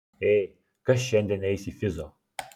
ei kas šiandien eis į fizo